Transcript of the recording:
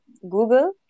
Google